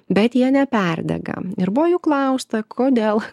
bet jie neperdega ir buvo jų klausta kodėl